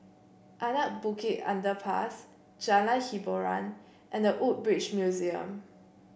Anak Bukit Underpass Jalan Hiboran and The Woodbridge Museum